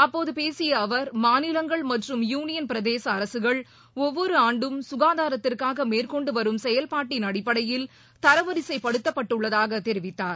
அப்போது பேசிய அவர் மாநிலங்கள் மற்றும் யூனியன் பிரதேச அரசுகள் ஒவ்வொரு ஆண்டும் சுகாதாரத்திற்காக மேற்கொண்டுவரும் செயல்பாட்டின் அடிப்படையில் தரவரிசைப்படுத்தப்பட்டுள்ளதாக தெரிவித்தார்